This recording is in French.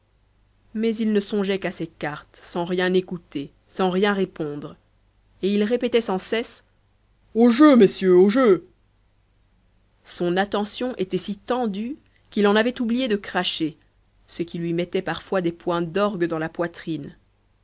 mais il ne songeait qu'à ses cartes sans rien écouter sans rien répondre et il répétait sans cesse au jeu messieurs au jeu son attention était si tendue qu'il en oubliait de cracher ce qui lui mettait parfois des points d'orgue dans la poitrine